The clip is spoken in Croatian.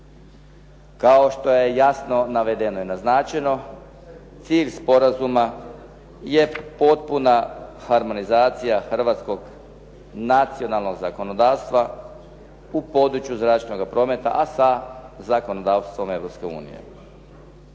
Kao što je jasno navedeno i naznačeno cilj sporazuma je potpuna harmonizacija hrvatskog nacionalnog zakonodavstva u području zračnog prometa, a sa zakonodavstvom